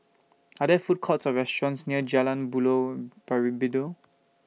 Are There Food Courts Or restaurants near Jalan Buloh